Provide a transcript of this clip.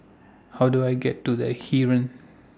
How Do I get to The Heeren